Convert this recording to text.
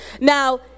Now